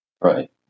right